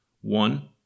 One